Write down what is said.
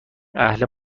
اهل